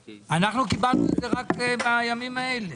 קיבלנו את זה רק בימים האלה.